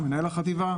החטיבה.